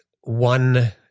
one